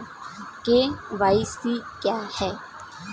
KYC क्या है?